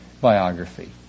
biography